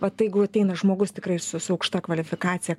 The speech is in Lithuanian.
vat jeigu ateina žmogus tikrai su su aukšta kvalifikacija